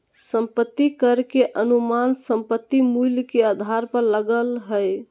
संपत्ति कर के अनुमान संपत्ति मूल्य के आधार पर लगय हइ